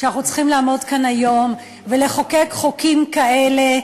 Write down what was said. שאנחנו צריכים לעמוד כאן היום ולחוקק חוקים כאלה,